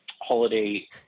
holiday